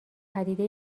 پدیده